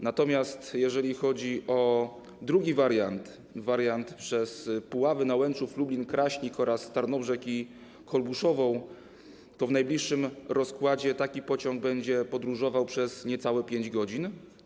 Natomiast jeżeli chodzi o drugi wariant, wariant przez Puławy, Nałęczów, Lublin, Kraśnik oraz Tarnobrzeg i Kolbuszową, to w najbliższym rozkładzie taki pociąg będzie podróżował niecałe 5 godzin.